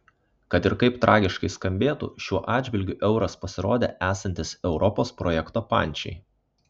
kad ir kaip tragiškai skambėtų šiuo atžvilgiu euras pasirodė esantis europos projekto pančiai